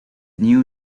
new